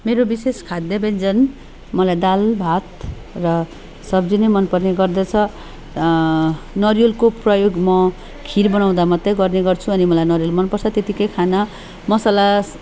मेरो विशेष खाद्य व्यञ्जन मलाई दाल भात र सब्जी नै मनपर्ने गर्दछ नरिवलको प्रयोग म खिर बनाउँदा मात्रै गर्ने गर्छु अनि मलाई नरिवल मनपर्छ त्यत्तिकै खान मसला